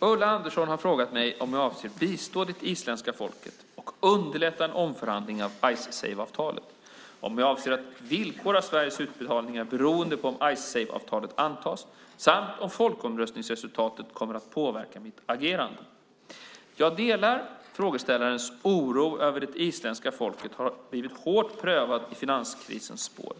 Ulla Andersson har frågat mig om jag avser att bistå det isländska folket och underlätta en omförhandling av Icesave-avtalet, om jag avser att villkora Sveriges utbetalningar beroende på om Icesave-avtalet antas samt om folkomröstningsresultatet kommer att påverka mitt agerande. Jag delar frågeställarens oro över att det isländska folket har blivit hårt prövat i finanskrisens spår.